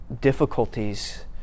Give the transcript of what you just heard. difficulties